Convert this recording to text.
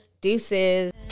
Deuces